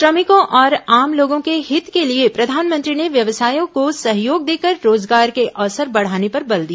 श्रमिकों और आम लोगों के हित के लिए प्रधानमंत्री ने व्यवसायों को सहयोग देकर रोजगार के अवसर बढ़ाने पर बल दिया